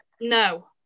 no